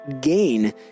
gain